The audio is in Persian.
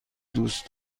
دوست